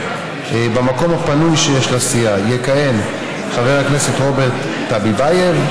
במקום הפנוי שיש לסיעה יכהן חבר הכנסת רוברט טביבייב?